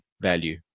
value